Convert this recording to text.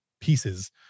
pieces